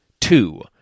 two